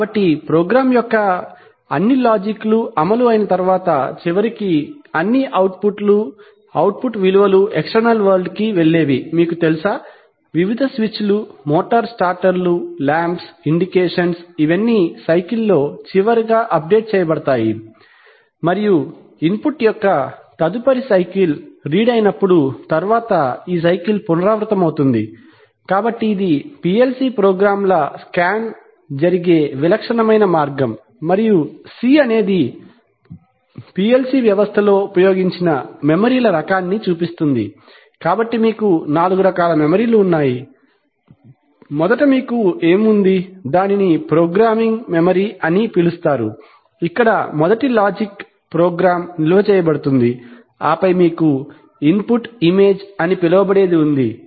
కాబట్టి ప్రోగ్రామ్ యొక్క అన్ని లాజిక్ అమలు అయిన తర్వాత చివరికి అన్ని అవుట్పుట్ లు అవుట్పుట్ విలువలు ఎక్ష్టెర్నల్ వరల్డ్ కి వెళ్ళేవి మీకు తెలుసా వివిధ స్విచ్లు మోటారు స్టార్టర్లు లాంప్స్ ఇండికేషన్స్ ఇవన్నీ సైకిల్ చివరిలో అప్డేట్ చేయబడతాయి మరియు ఇన్పుట్ ల యొక్క తదుపరి సైకిల్ రీడ్ అయినప్పుడు తరువాత ఈ సైకిల్ పునరావృతమవుతుంది కాబట్టి ఇది పిఎల్సి ప్రోగ్రామ్ల స్కాన్ జరిగే విలక్షణమైన మార్గం మరియు C అనేది పిఎల్సి వ్యవస్థలో ఉపయోగించిన మెమోరీల రకాన్ని చూపిస్తుంది కాబట్టి మీకు నాలుగు రకాల మెమోరీలు ఉన్నాయి మొదట మీకు ఏమి ఉంది దానిని ప్రోగ్రామ్ మెమరీ అని పిలుస్తారు ఇక్కడ మొదటిది లాజిక్ ప్రోగ్రామ్ నిల్వ చేయబడుతుంది ఆపై మీకు ఇన్పుట్ ఇమేజ్ అని పిలువబడేది ఉంది